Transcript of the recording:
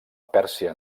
pèrsia